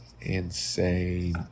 Insane